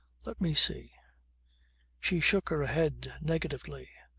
let me see she shook her head negatively.